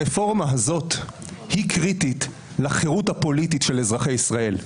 הרפורמה הזאת היא קריטית לחירות הפוליטית של אזרחי ישראל.